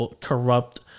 corrupt